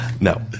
No